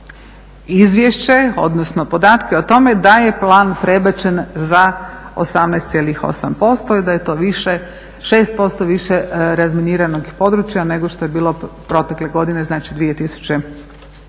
izvješće odnosno podatke o tome da je plan prebačen za 18,8% i da je to 6% više razminiranog područja nego što je bilo protekle godine znači 2012.